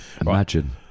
Imagine